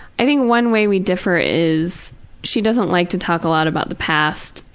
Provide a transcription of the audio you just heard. i think one way we differ is she doesn't like to talk a lot about the past.